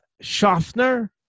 Schaffner